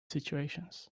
situations